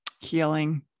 healing